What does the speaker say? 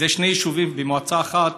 שזה שני יישובים במועצה אחת,